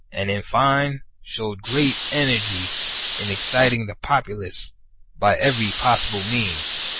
and in fine shewed great energy in ex citing the populace by every possible means.